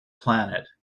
planet